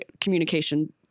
communication